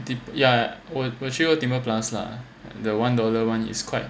the ya 我去过 Timbre plus lah the one dollar [one] is quite